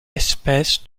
espèces